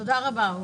תודה רבה.